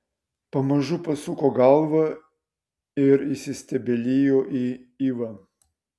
pamažu pasuko galvą ir įsistebeilijo į ivą